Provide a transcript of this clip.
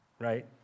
right